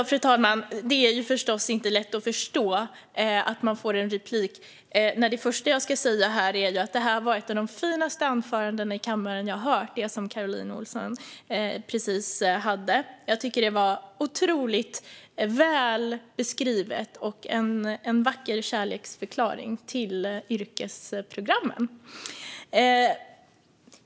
Fru talman! Det är förstås inte lätt att förstå varför Caroline Helmersson Olsson får en replik av mig. Det första jag ska säga är att det anförande som hon precis höll var ett av de finaste anföranden jag hört i kammaren. Jag tycker att det här beskrevs otroligt väl. Det var en vacker kärleksförklaring till yrkesprogrammen.